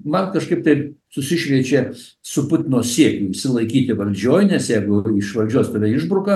man kažkaip tai susišviečia su putino siekiu išsilaikyti valdžioj nes jeigu iš valdžios tave išbruka